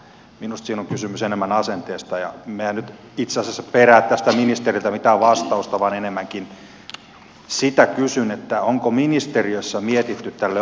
minusta siinä on kysymys enemmän asenteesta ja minähän en nyt itse asiassa perää tästä ministeriltä mitään vastausta vaan enemmänkin sitä kysyn onko ministeriössä mietitty tähän ongelmaan keinoja